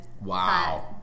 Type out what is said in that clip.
Wow